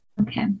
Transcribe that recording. Okay